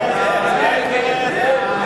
להצביע.